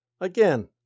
Again